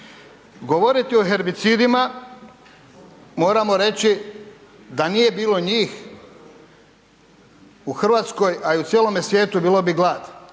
Govoriti o herbicidima moramo reći da nije bilo njih u Hrvatskoj, a i u cijelome svijetu bilo bi gladi.